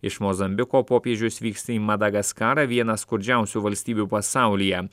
iš mozambiko popiežius vyksta į madagaskarą vieną skurdžiausių valstybių pasaulyje